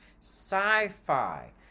sci-fi